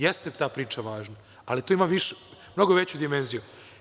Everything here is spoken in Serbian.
Jeste ta priča važna, ali to ima mnogo veću dimenziju.